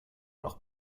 leur